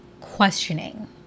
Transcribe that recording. questioning